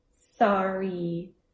sorry